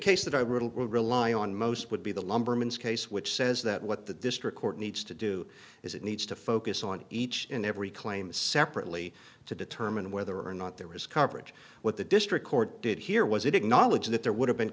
case that i will rely on most would be the lumbermen's case which says that what the district court needs to do is it needs to focus on each and every claim separately to determine whether or not there was coverage what the district court did here was it acknowledged that there would have been